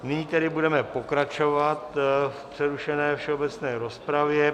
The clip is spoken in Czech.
Nyní budeme pokračovat v přerušené všeobecné rozpravě.